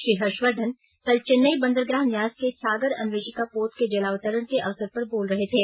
श्री हर्षवर्धन कल चेन्नई बंदरगाह न्यास के सागर अन्वेषिका पोत के जलावतरण के अवसर पर बोल रहे थे